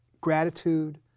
gratitude